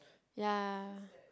ya